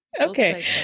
Okay